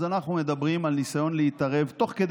אז אנחנו מדברים על ניסיון להתערב תוך כדי